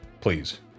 please